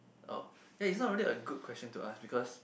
oh hey it's not really a good question to ask because